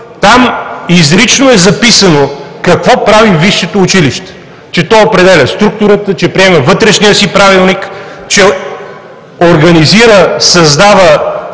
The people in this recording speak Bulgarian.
Там изрично е записано какво прави висшето училище: то определя структурата, приема вътрешния си правилник, организира и създава